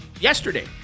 yesterday